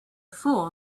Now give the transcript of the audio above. fool